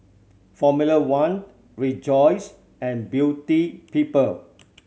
Formula One Rejoice and Beauty People